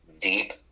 deep